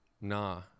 Nah